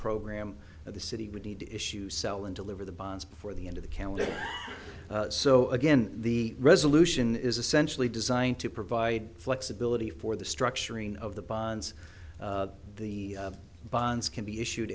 program of the city would need to issue sell and deliver the bonds before the end of the calendar so again the resolution is essentially designed to provide flexibility for the structuring of the bonds the bonds can be